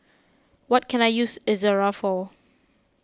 what can I use Ezerra for